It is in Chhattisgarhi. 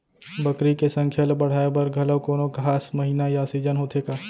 बकरी के संख्या ला बढ़ाए बर घलव कोनो खास महीना या सीजन होथे का?